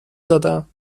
دادم